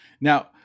now